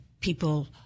people